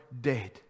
dead